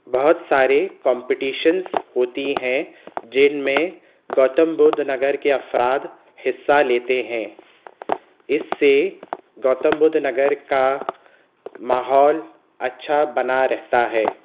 بہت سارے کمپٹیشنس ہوتی ہیں جن میں گوتم بدھ نگر کے افراد حصہ لیتے ہیں اس سے گوتم بدھ نگر کا ماحول اچھا بنا رہتا ہے